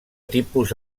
tipus